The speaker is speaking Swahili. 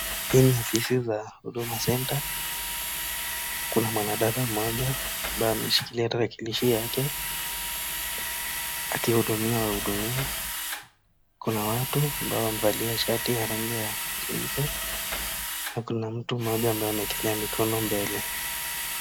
Hii ni ofisi za huduma center kuna mwanadada mmoja ambaye ameshikilia tarakilishi yake akihudumia wahudumiwa . Kuna watu ambao wamevalia shati ya rangi ya cheupe, na kuna mtu mmoja ambaye amewekelea mikono mbele.